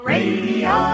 Radio